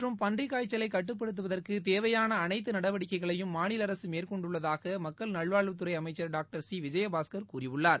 மற்றும் பன்றிக் காய்ச்சலை கட்டுப்படுத்துவதற்கு தேவையாள அனைத்து டெங்கு நடவடிக்கைகளையும் மாநில அரசு மேற்கொண்டுள்ளதாக மக்கள் நல்வாழ்வுத்துறை அமைக்கள் டாக்டா விஜயபாஸ்கர் கூறியுள்ளார்